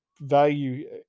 value